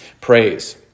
praise